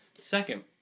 Second